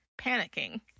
panicking